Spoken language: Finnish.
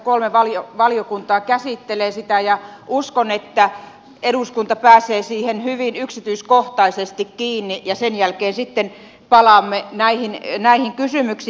kolme valiokuntaa käsittelee sitä ja uskon että eduskunta pääsee siihen hyvin yksityiskohtaisesti kiinni ja sen jälkeen sitten palaamme näihin kysymyksiin